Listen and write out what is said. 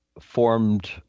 formed